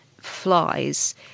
flies